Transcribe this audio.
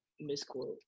misquote